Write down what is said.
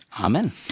Amen